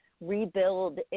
rebuild